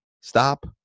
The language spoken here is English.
stop